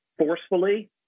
Forcefully